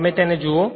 જો તમે જુઓ